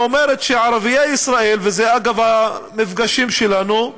היא אומרת שערביי ישראל, זה, אגב, המפגשים שלנו,